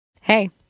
Hey